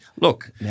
Look